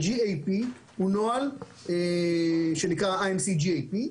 ה-GAP הוא נוהל שנקרא IMC GAP,